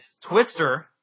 Twister